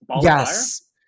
yes